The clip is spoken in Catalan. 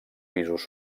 pisos